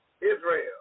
Israel